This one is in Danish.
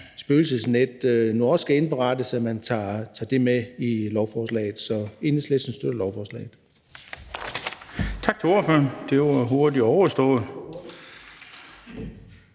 spøgelsesnet nu også skal indberettes, og at man tager det med i lovforslaget. Så Enhedslisten støtter lovforslaget. Kl. 13:00 Den fg. formand (Bent